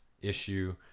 issue